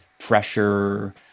Pressure